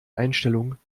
einstellung